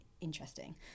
interesting